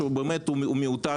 שהוא באמת משרד מיותר,